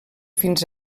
fins